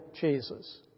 Jesus